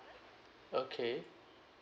okay